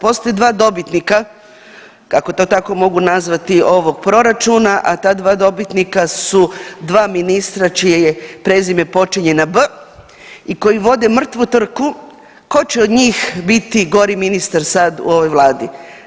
Postoje dva dobitnika, ako to tako mogu nazvati, ovog proračuna, a ta dva dobitnika su dva ministra čije je prezime počinje na B i koji vode mrtvu trku tko će od njih biti gori ministar sad u ovoj Vladi.